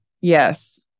Yes